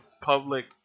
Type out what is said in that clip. public